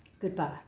goodbye